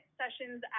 sessions